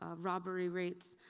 ah robbery rates,